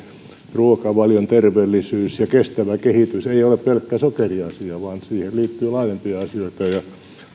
ruokavalion terveellisyys ja kestävä kehitys ei ole pelkkä sokeriasia vaan siihen liittyy laajempia asioita ja